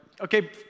okay